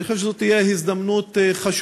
אני חושב שזו תהיה הזדמנות חשובה